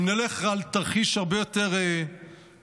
אם נלך על תרחיש הרבה יותר קטן,